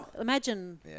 Imagine